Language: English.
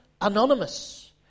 anonymous